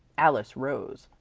alice rose,